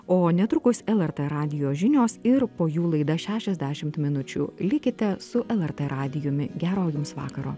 o netrukus lrt radijo žinios ir po jų laida šešiasdešimt minučių likite su lrt radijumi gero jums vakaro